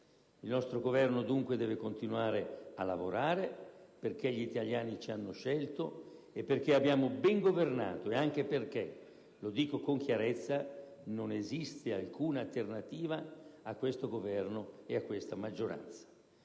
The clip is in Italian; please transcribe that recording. Il nostro Governo dunque deve continuare a lavorare, perché gli italiani ci hanno scelto e perché abbiamo ben governato, e anche perché - lo dico con chiarezza - non esiste alcuna alternativa a questo Governo e a questa maggioranza.